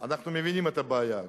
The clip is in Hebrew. אנחנו מבינים את הבעיה.